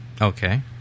okay